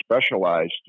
specialized